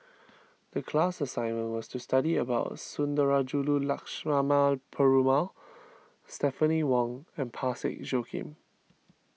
the class assignment was to study about Sundarajulu Lakshmana Perumal Stephanie Wong and Parsick Joaquim